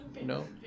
No